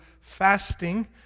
fasting